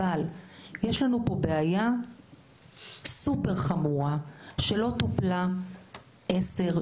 אבל יש לנו פה בעיה סופר חמורה שלא טופלה 10,